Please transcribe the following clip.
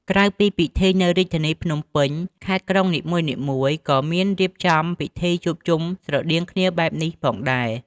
ក្រៅពីពិធីនៅរាជធានីភ្នំពេញ ខេត្ត-ក្រុងនីមួយៗក៏មានរៀបចំពិធីជួបជុំស្រដៀងគ្នាបែបនេះផងដែរ។